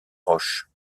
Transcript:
roches